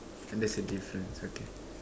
there is a difference okay